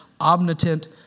omnipotent